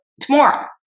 tomorrow